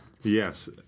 Yes